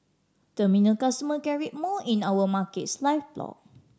terminal customer can read more in our Markets Live blog